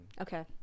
Okay